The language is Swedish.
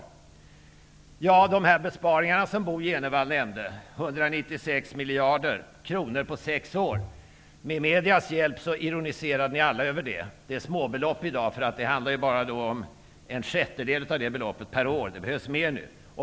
Ja, med mediernas hjälp ironiserade ni alla över de besparingar som Bo G Jenevall nämnde, 196 miljarder kronor på sex år. Det är i dag småbelopp, eftersom det bara handlar om en sjättedel av beloppet per år. Det behövs mer nu.